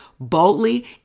Boldly